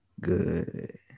good